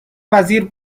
وزیر